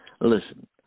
listen